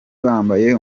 bambaye